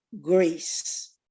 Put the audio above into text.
grace